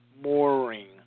mooring